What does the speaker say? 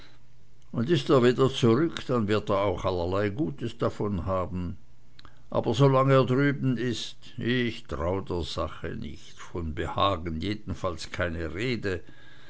und ist er wieder zurück dann wird er auch allerlei gutes davon haben aber solang er drüben ist ich trau der sache nicht von behagen jedenfalls keine rede